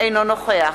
אינו נוכח